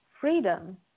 freedom